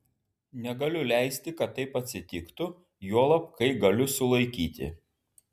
negaliu leisti kad taip atsitiktų juolab kai galiu sulaikyti